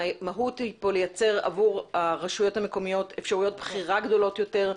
המהות היא לייצר עבור הרשויות המקומיות אפשרויות בחירה גדולות יותר,